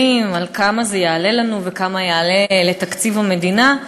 על כמה זה יעלה לנו וכמה יעלה לתקציב המדינה.